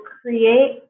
create